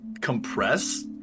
compress